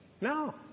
No